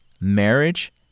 marriage